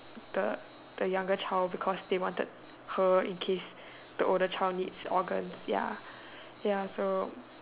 the the younger child because they wanted her in case the older child needs organs ya ya so